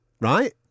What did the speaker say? Right